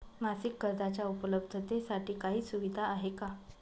मासिक कर्जाच्या उपलब्धतेसाठी काही सुविधा आहे का?